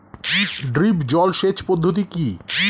Drip জল সেচ পদ্ধতি কি?